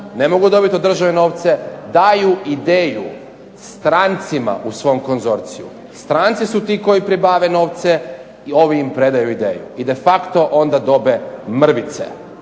ne mogu dobit od države novce, daju ideju strancima u svom konzorciju. Stranci su ti koji pribave novce i ovi im predaju ideju i de facto onda dobe mrvice.